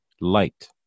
light